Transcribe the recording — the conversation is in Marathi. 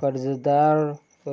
कर्जदार,